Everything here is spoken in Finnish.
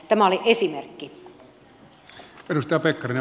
tämä oli esimerkki